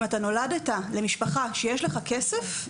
אם אתה נולדת למשפחה שיש לך כסף,